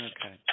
Okay